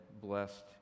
blessed